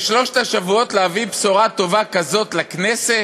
בשלושת השבועות להביא בשורה טובה כזאת לכנסת?